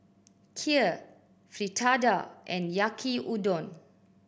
Kheer Fritada and Yaki Udon